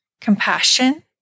compassion